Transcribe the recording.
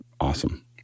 awesome